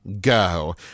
go